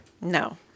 No